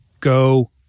Go